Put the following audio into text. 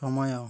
ସମୟ